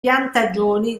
piantagioni